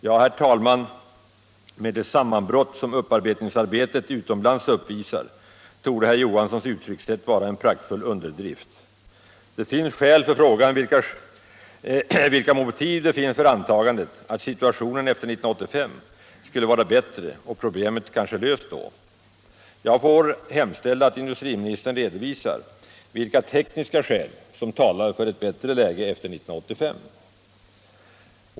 Ja, herr talman, med det sammanbrott som upparbetningen utomlands uppvisar torde herr Johanssons uttryckssätt vara en praktfull underdrift. Det finns fog för frågan vilka skäl man har för antagandet att situationen efter 1985 skulle vara bättre och problemet kanske löst. Jag får hemställa att industriministern redovisar vilka tekniska skäl som talar för ett bättre läge efter 1985!